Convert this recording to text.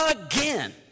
Again